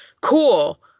Cool